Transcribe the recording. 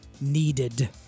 needed